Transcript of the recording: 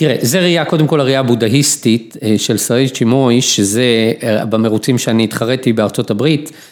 ‫תראה, זה ראייה, קודם כול, ‫הראייה הבודהיסטית של סרי צ'ינמוי, ‫שזה במרוצים שאני התחרתי ‫בארה״ב.